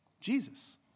Jesus